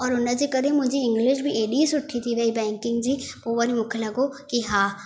और हुनजे करे करे मुंहिंजी इंग्लिश बि एॾी सुठी थी वई बैंकिंग जी पोइ वरी मूंखे लॻो की हा